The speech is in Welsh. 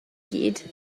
gyd